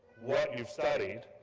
what you've studied